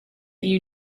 you